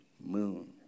moon